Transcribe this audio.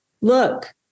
look